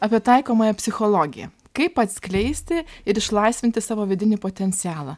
apie taikomąją psichologiją kaip atskleisti ir išlaisvinti savo vidinį potencialą